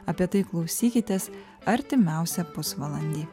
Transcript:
apie tai klausykitės artimiausią pusvalandį